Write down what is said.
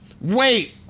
Wait